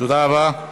תודה רבה.